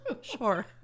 Sure